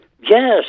Yes